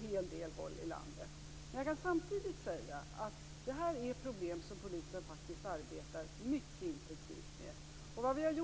hel del håll i landet inte fungerar bra. Samtidigt kan jag säga att det här är problem som polisen faktiskt mycket intensivt arbetar med.